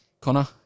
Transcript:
Connor